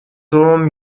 توم